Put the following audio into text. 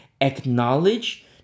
acknowledge